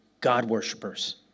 god-worshippers